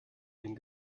den